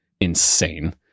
insane